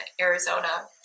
Arizona